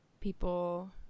people